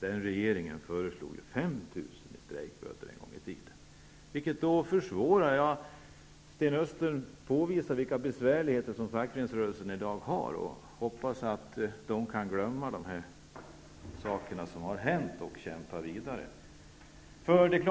Den förra regeringen föreslog 5 000 kr. i strejkböter en gång i tiden. Sten Östlund påvisar vilka svårigheter fackföreningsrörelsen i dag har. Jag hoppas att den kan glömma det som har hänt och kan kämpa vidare.